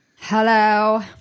hello